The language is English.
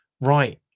right